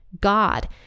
God